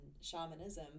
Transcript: shamanism